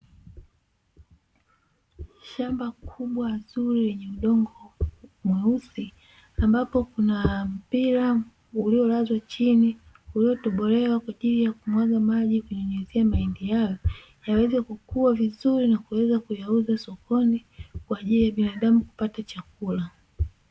Shamba kubwa zuri lenye udongo mweusi, ambapo kuna mpira uliolazwa chini uliotobolewa kwa ajili ya kumwaga maji, kunyunyuzia mahindi hayo yaweze kukua vizuri na kuweza kuyauza sokoni kwa ajili ya binadamu kupata chakula.